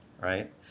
right